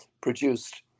produced